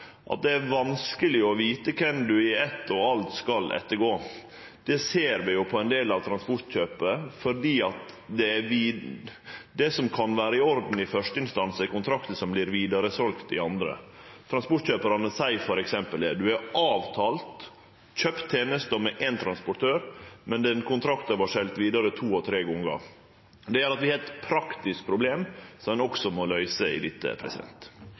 at det er vanskeleg å vite kven ein i eitt og alt skal ettergå. Det ser vi jo på ein del av transportkjøpet, for det som kan vere i orden i første instans, er kontraktar som vert selt vidare i andre. Transportkjøparane seier f.eks. at ein har avtalt og kjøpt ei teneste med éin transportør, men den kontrakten har vore selt vidare to og tre gongar. Det gjer at vi har eit praktisk problem, som ein også må løyse oppe i dette.